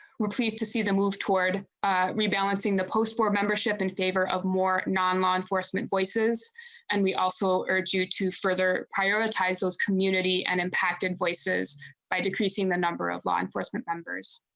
we're pleased to see them move rebalancing the post for membership in favor of more non law enforcement places and we also urge you to further prioritize those community an impact in places by decreasing the number of law enforcement members.